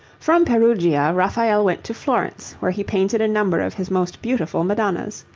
from perugia raphael went to florence, where he painted a number of his most beautiful madonnas.